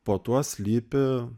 po tuo slypi